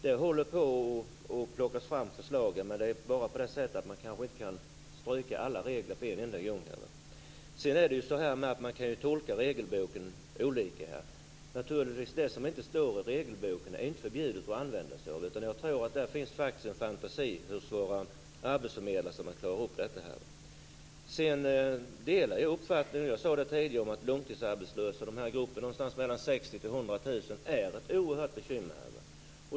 Man håller på att ta fram förslag, men det går ju inte att ta bort alla regler på en gång. Man kan tolka regelverket olika. Det som inte står i regelverket är ju inte förbjudet att använda sig av. Jag tror att det finns en fantasi hos våra arbetsförmedlare som gör att de kan klara av detta. Jag delar uppfattningen att gruppen långtidsarbetslösa som består av 60 000-100 000 är ett oerhört bekymmer.